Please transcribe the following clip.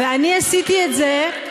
ואני עשיתי את זה,